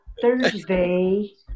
Thursday